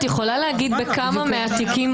את יכולה להגיד בכמה מהתיקים,